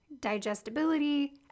digestibility